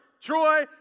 Troy